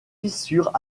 fissures